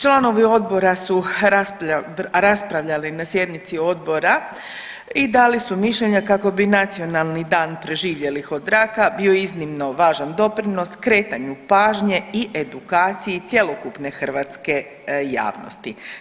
Članovi odbora su raspravljali na sjednici odbora i dali su mišljenja kako bi Nacionalni dan preživjelih od raka bio iznimno važan doprinos skretanju pažnje i edukaciji cjelokupne hrvatske javnosti.